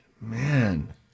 Man